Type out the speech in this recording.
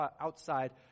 outside